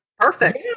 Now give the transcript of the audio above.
Perfect